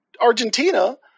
Argentina